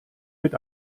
mit